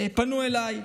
פנו אליי.